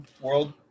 world